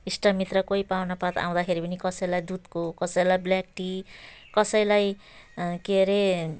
इष्टमित्र कोही पाहुनापात आउँदाखेरि पनि कसैलाई दुधको कसैलाई ब्ल्याक टी कसैलाई के अरे